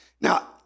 Now